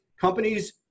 companies